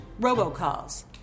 robocalls